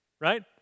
right